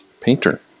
painter